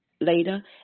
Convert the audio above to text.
later